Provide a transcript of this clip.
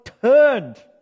turned